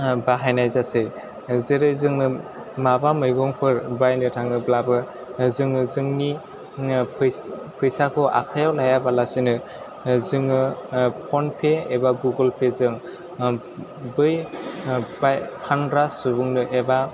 बाहायनाय जासै जेरै जोङो माबा मैगंफोर बायनो थाङोब्लाबो जोङो जोंनि फैसाखौ आखाइयाव लायाबालासिनो जोङो फन पे एबा गुगोल पे जों बै फानग्रा सुबुंनो एबा